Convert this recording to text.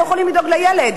הורים של ילדי תימן?